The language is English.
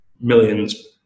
millions